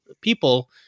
people